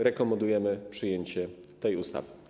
Rekomendujemy przyjęcie tej ustawy.